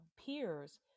peers